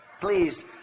please